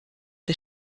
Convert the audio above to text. the